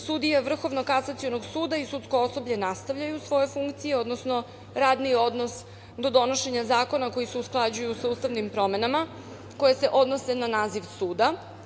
Sudije Vrhovnog kasacionog suda i sudsko osoblje nastavljaju svoje funkcije, odnosno radni odnos do donošenja zakona koji se usklađuju sa ustavnim promenama koje se odnose na naziv suda.